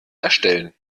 erstellen